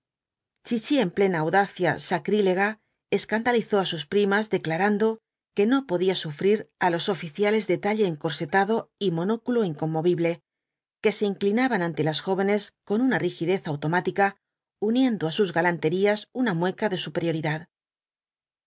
parís cmchí en plena audacia sacrilega escandalizó á sus primas declarando que no podía sufrir á los oficiautos de talle encorsetado y monóculo inconmovible que se inclinaban ante las jóvenes con una rigidez automática uniendo a sus galanterías una mueca de superioridad